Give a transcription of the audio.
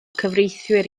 cyfreithiwr